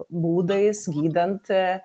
būdais gydant